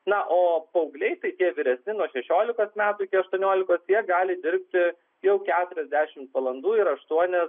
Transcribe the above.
na o paaugliai tai tie vyresni nuo šešiolikos metų iki aštuoniolikos jie gali dirbti jau keturiasdešimt valandų ir aštuonias